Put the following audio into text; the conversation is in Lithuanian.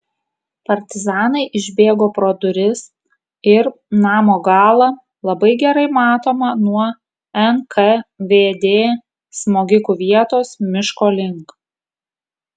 partizanai išbėgo pro duris ir namo galą labai gerai matomą nuo nkvd smogikų vietos miško link